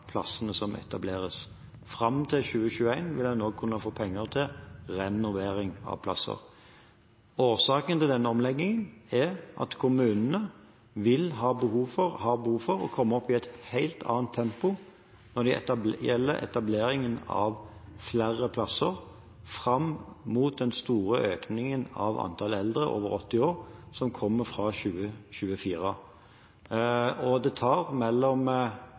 plassene som etableres. Fram til 2021 vil en òg kunne få penger til renovering av plasser. Årsaken til denne omleggingen er at kommunene vil ha behov for, har behov for, å komme opp i et helt annet tempo når det gjelder etableringen av flere plasser fram mot den store økningen av antallet eldre over 80 år som kommer fra 2024. Det tar